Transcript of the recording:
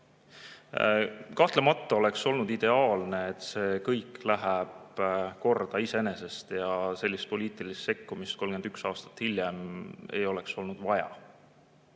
Kahtlemata oleks olnud ideaalne, kui see kõik oleks läinud korda iseenesest ja sellist poliitilist sekkumist 31 aastat hiljem ei oleks olnud vaja.